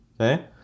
Okay